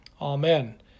Amen